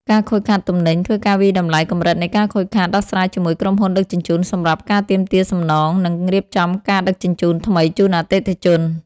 ការខូចខាតទំនិញ ធ្វើការវាយតម្លៃកម្រិតនៃការខូចខាត ដោះស្រាយជាមួយក្រុមហ៊ុនដឹកជញ្ជូនសម្រាប់ការទាមទារសំណង និងរៀបចំការដឹកជញ្ជូនថ្មីជូនអតិថិជន។